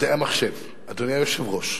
מדעי המחשב, אדוני היושב-ראש,